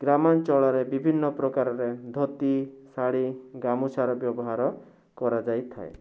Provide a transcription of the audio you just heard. ଗ୍ରାମାଞ୍ଚଳରେ ବିଭିନ୍ନ ପ୍ରକାରରେ ଧୋତି ଶାଢ଼ି ଗାମୁଛାର ବ୍ୟବହାର କରାଯାଇଥାଏ